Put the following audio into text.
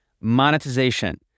monetization